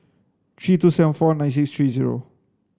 three two seven four nine six three zero